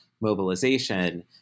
mobilization